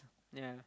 yeah